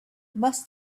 must